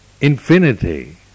infinity